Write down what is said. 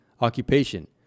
occupation